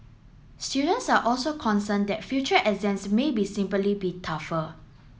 students are also concerned that future exams may be simply be tougher